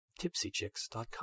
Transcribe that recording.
tipsychicks.com